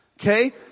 Okay